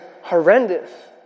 horrendous